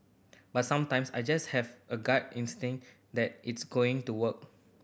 but sometimes I just have a gut instinct that it's going to work